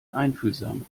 einfühlsam